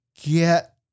get